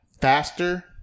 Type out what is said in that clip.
faster